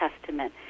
Testament